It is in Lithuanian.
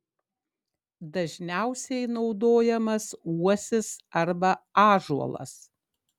dažniausiai naudojamas uosis arba ąžuolas